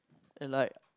and like